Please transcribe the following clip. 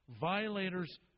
violators